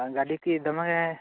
ᱟᱨ ᱜᱟᱹᱰᱤ ᱠᱤ ᱫᱚᱢᱮ